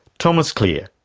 thomas klier,